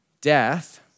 death